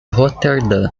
roterdã